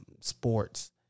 sports